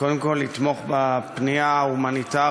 קודם כול, לתמוך בפנייה ההומניטרית